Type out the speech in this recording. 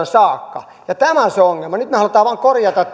saakka ja tämä on se ongelma nyt me haluamme vain korjata